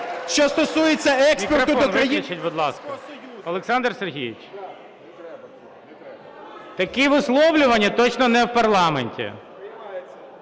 такі висловлювання – точно не в парламенті.